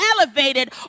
elevated